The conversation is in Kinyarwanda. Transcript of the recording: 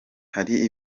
hari